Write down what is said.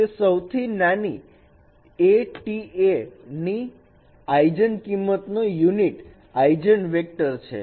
તે સૌથી નાની AT A ની "eigen" કિંમત નો યુનિટ આઈજન વેક્ટર છે